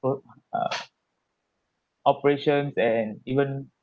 for uh operations and even